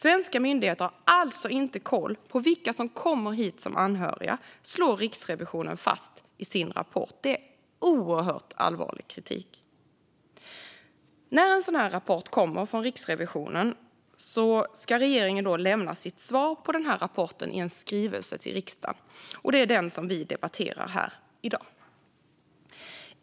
Svenska myndigheter har alltså inte koll på vilka som kommer hit som anhöriga, slår Riksrevisionen fast i sin rapport. Det är oerhört allvarlig kritik. När en sådan här rapport kommer från Riksrevisionen ska regeringen lämna sitt svar på rapporten i en skrivelse till riksdagen. Det är den vi nu debatterar.